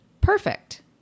perfect